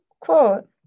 quote